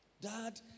Dad